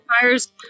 fire's